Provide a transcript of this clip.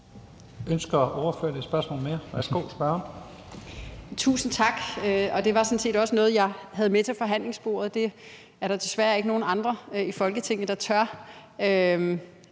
Tusind tak. Det var sådan set også noget, jeg havde med til forhandlingsbordet, men der er desværre ikke nogen andre i Folketinget, der tør